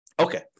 Okay